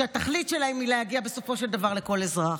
שהתכלית שלו היא להגיע בסופו של דבר לכל אזרח.